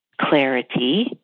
clarity